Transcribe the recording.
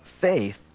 faith